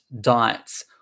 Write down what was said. diets